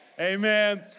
Amen